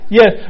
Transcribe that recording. yes